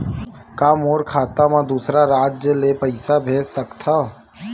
का मोर खाता म दूसरा राज्य ले पईसा भेज सकथव?